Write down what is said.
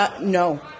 No